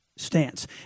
stance